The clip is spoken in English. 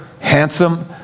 handsome